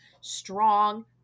strong